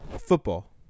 football